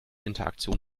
interaktion